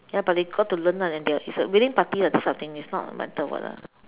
ya but they got to learn lah and they're it's a willing party this type of thing is not a matter of what lah